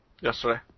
yesterday